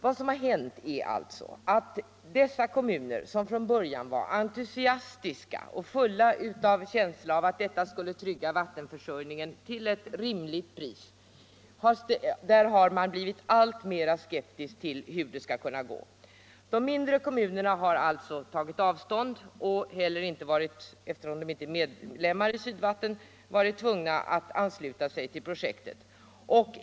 Vad som har hänt är alltså att man i dessa kommuner, där man från början var entusiastisk och fylld av en känsla av att detta skulle trygga vattenförsörjningen till ett rimligt pris, har blivit alltmera skeptisk. De mindre kommunerna har som sagt tagit avstånd från projektet, och eftersom de inte heller är medlemmar i Sydvatten har de heller inte varit tvungna att ansluta sig till projektet.